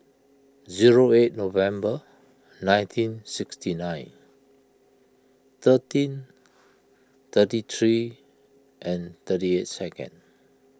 zero eight November nineteen sixty nine thirteen thirty three thirty eight second